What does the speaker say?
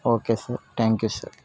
okay sir thank you sir